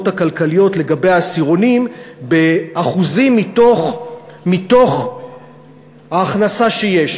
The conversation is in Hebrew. הכלכליות לגבי העשירונים באחוזים מתוך ההכנסה שיש.